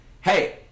hey